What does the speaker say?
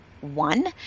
one